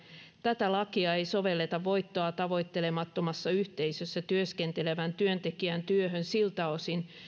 tätä lakia ei sovelleta voittoa tavoittelemattomassa yhteisössä työskentelevän työntekijän työhön siltä osin